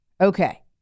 Okay